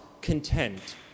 content